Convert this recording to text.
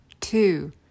two